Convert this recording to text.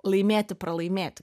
laimėti pralaimėti